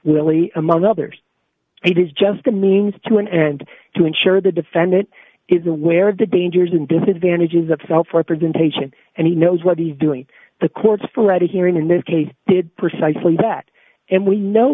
willy among others it is just a means to an end to ensure the defendant is aware of the dangers and disadvantages of self representation and he knows what he's doing the courts for right here in this case did precisely that and we know